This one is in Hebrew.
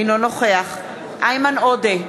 אינו נוכח איימן עודה,